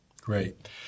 Great